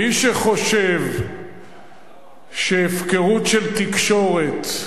מי שחושב שהפקרות של תקשורת,